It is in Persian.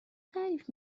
تعریف